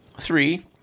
Three